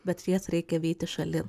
bet jas reikia vyti šalin